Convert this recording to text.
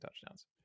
touchdowns